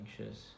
anxious